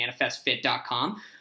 ManifestFit.com